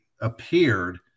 appeared